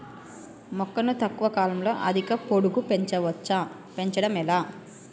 మొక్కను తక్కువ కాలంలో అధిక పొడుగు పెంచవచ్చా పెంచడం ఎలా?